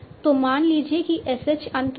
तो मान लीजिए कि SH अंत में था